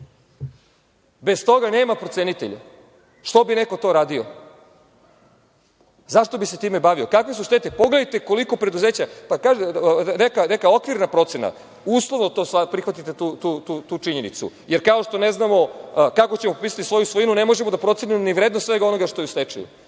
Bez toga nema procenitelja. Što bi neko to radio? Zašto bi se time bavio? Kakve su štete? Pogledajte koliko preduzeća, neka okvirna procena, uslovno prihvatite tu činjenicu, jer kao što ne znamo kako ćemo popisati svoju svojinu, ne možemo da procenimo ni vrednost svega onoga što je u stečaju,